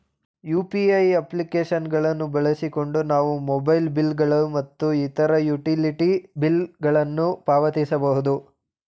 UPI application ಗಳನ್ನು ಬಳಸಿಕೊಂಡು ನಾವು ಮೊಬೈಲ್ ಬಿಲ್ ಗಳು ಮತ್ತು ಇತರ ಯುಟಿಲಿಟಿ ಬಿಲ್ ಗಳನ್ನು ಪಾವತಿಸಬಹುದು